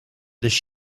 this